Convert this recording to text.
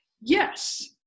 Yes